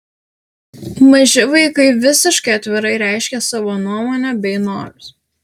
maži vaikai visiškai atvirai reiškia savo nuomonę bei norus